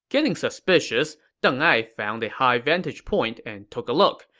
getting suspicious, deng ai found a high vantage point and took a look.